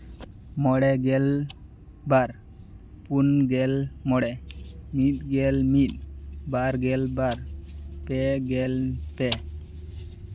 ᱢᱚᱬᱮ ᱜᱮᱞ ᱵᱟᱨ ᱯᱩᱱ ᱜᱮᱞ ᱢᱚᱬᱮ ᱢᱤᱫᱜᱮᱞ ᱢᱤᱫ ᱵᱟᱨ ᱜᱮᱞ ᱵᱟᱨ ᱯᱮ ᱜᱮᱞ ᱯᱮ